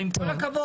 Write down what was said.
עם כל הכבוד.